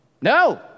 No